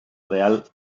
real